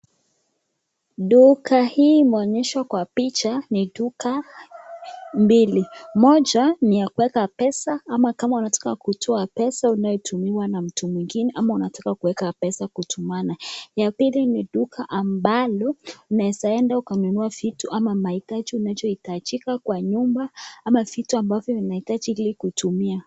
Duka hii imeonyeshwa kwa picha ni duka mbili. Moja ni ya kuweka pesa ama kama unataka kutoa pesa unayotumiwa na mtu mwingine ama unataka kuweka pesa kutumana. Ya pili ni duka ambalo, unaeza enda ukanunua vitu ama mahitaji unachohitajika kwa nyumba ama vitu ambazo unazohitaji ili kuitumia.